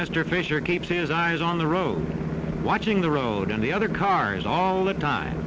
mr fisher keeps his eyes on the road watching the road on the other cars all the time